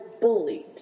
bullied